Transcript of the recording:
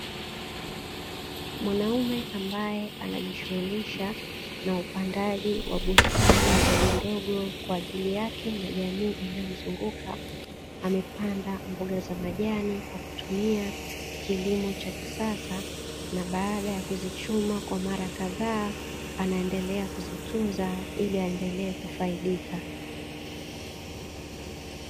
Mwanaume ambaye anajishughulisha na upandaji wa bustani ndogondogo kwa ajili yake na jamii iliyo mzunguka, amepanda mboga za majani kwa kutumia kilimo cha kisasa na baada ya kuzichuma kwa mara kadhaa, anaendelea kuzitunza ili aendelee kufaidika.